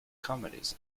comedies